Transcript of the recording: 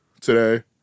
today